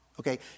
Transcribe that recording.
Okay